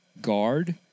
Guard